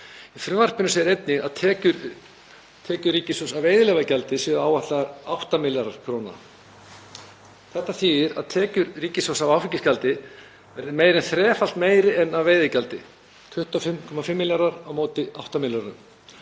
Í frumvarpinu segir einnig að tekjur ríkissjóðs af veiðileyfagjaldi séu áætlaðar 8 milljarðar kr. Þetta þýðir að tekjur ríkissjóðs af áfengisgjaldi verða meira en þrefalt meiri en af veiðigjaldi, 25,5 milljarðar á móti 8 milljörðum.